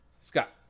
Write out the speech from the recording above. Scott